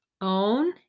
own